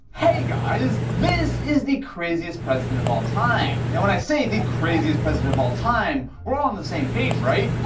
hey guys, this is the craziest president of all time. now when i say the craziest president of all time, we're all on the same page, right?